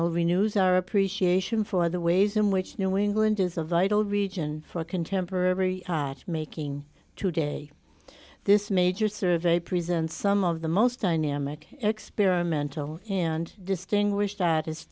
renews our appreciation for the ways in which new england is a vital region for contemporary making today this major survey prison some of the most dynamic experimental and distinguished that is